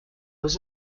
was